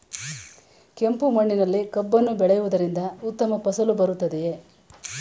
ಕೆಂಪು ಮಣ್ಣಿನಲ್ಲಿ ಕಬ್ಬನ್ನು ಬೆಳೆಯವುದರಿಂದ ಉತ್ತಮ ಫಸಲು ಬರುತ್ತದೆಯೇ?